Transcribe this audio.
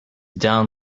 down